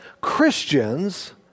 Christians